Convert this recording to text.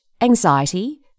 anxiety